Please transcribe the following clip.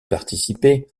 participer